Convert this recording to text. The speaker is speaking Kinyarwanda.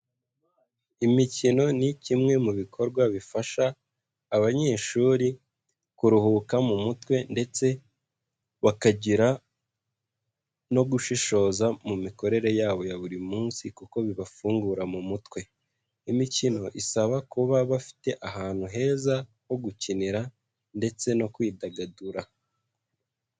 Imikino ni kimwe mu bikorwa bifasha abanyeshuri kuruhuka mu mutwe ndetse bakagira no gushishoza mu mikorere yabo ya buri munsi kuko bibafungura mu mutwe, imikino isaba kuba bafite ahantu heza ho gukinira ndetse no kwidagadura.